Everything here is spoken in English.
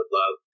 love